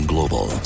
Global